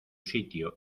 sitio